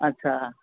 اچھا